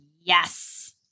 Yes